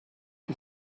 you